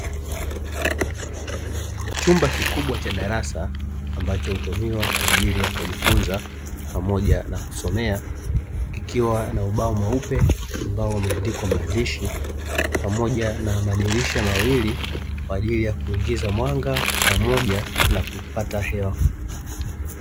Chumba kikubwa cha darasa ambacho hutumiwa kwa ajili ya kujifunza pamoja na kusomea, likiwa na ubao mweupe ambao umeandikwa maandishi pamoja na madirisha mawili kwa ajili ya kuingiza mwanga pamoja na kupata hewa.